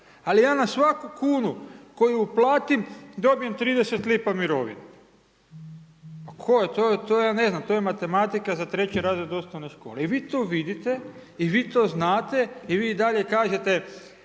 Ali ja na svaku kunu koju uplatim dobijem 30 lipa mirovine. To je matematika za 3. razred osnovne škole i vi to vidite i vi to znate i vi i dalje kažete